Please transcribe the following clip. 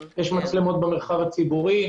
יש מצלמות במרחב הציבורי.